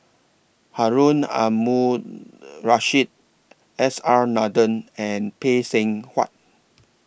Harun Aminurrashid S R Nathan and Phay Seng Whatt